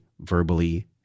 verbally